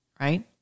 right